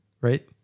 Right